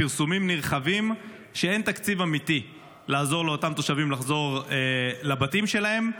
פרסומים נרחבים שאין תקציב אמיתי לעזור לאותם תושבים לחזור לבתים שלהם,